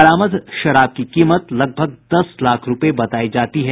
बरामद शराब की कीमत लगभग दस लाख रूपये बतायी जाती है